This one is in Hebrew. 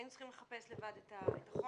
היינו צריכים לחפש לבד את החומר.